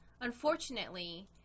Unfortunately